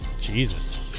Jesus